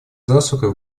засухой